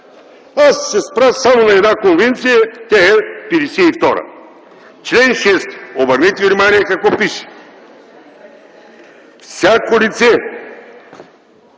ще се спра само на една конвенция, тя е 52-а. Член 6, обърнете внимание какво пише: „Всяко лице,